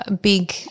big